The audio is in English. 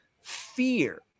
fear